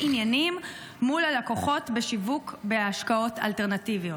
עניינים מול הלקוחות בשיווק בהשקעות אלטרנטיביות.